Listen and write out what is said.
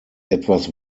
etwas